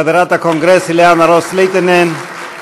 חברת הקונגרס אליאנה רוס-לאטינן,